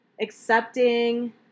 accepting